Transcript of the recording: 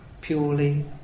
purely